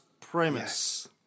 premise